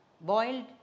boiled